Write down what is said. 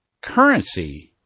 currency